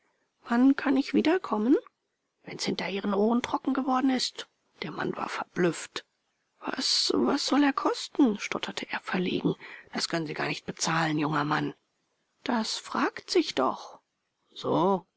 wann kann ich wiederkommen wenn's hinter ihren ohren trocken geworden ist der mann war verblüfft was was soll er kosten stotterte er verlegen das können sie gar nicht bezahlen junger mann das fragt sich doch so